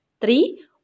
Three